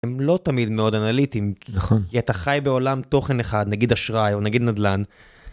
הם לא תמיד מאוד אנליטיים, כי אתה חי בעולם תוכן אחד, נגיד אשראי או נגיד נדל"ן.